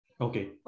Okay